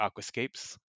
aquascapes